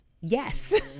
Yes